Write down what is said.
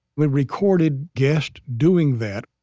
we recorded guests doing that,